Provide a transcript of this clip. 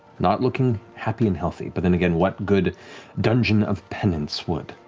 not looking happy and healthy, but then again, what good dungeon of penance would?